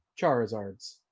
charizards